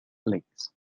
leagues